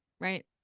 right